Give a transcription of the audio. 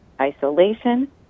isolation